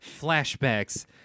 flashbacks